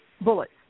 bullets